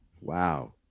Wow